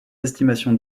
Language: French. estimations